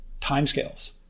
timescales